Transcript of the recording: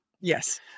Yes